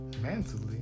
Mentally